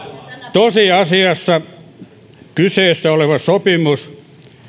tosiasiassa kyseessä oleva sopimus